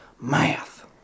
math